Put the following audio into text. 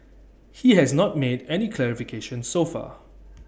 ho has not made any clarifications so far